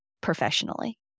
professionally